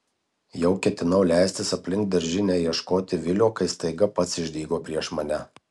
jau ketinau leistis aplink daržinę ieškoti vilio kai staiga pats išdygo prieš mane